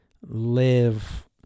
live